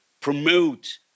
promote